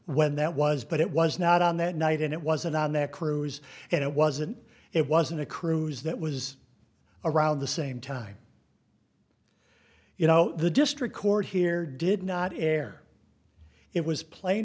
when that was but it was not on that night and it wasn't on that cruise and it wasn't it wasn't a cruise that was around the same time you know the district court here did not air it was pla